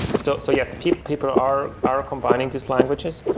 so so yes, people people are are combining these languages.